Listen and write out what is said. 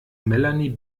melanie